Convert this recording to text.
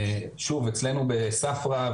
שוב אצלנו בספרא,